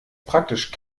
praktisch